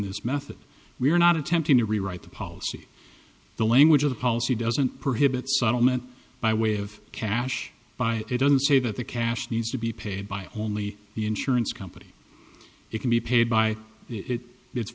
this method we are not attempting to rewrite the policy the language of the policy doesn't prohibit settlement by way of cash buy it doesn't say that the cash needs to be paid by only the insurance company it can be paid by it it's